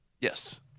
Yes